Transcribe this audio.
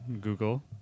Google